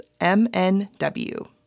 MNW